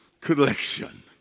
collection